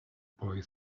boy